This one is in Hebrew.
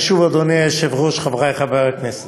ושוב, אדוני היושב-ראש, חברי חברי הכנסת,